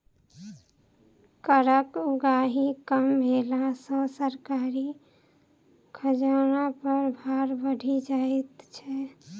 करक उगाही कम भेला सॅ सरकारी खजाना पर भार बढ़ि जाइत छै